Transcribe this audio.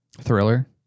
thriller